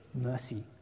mercy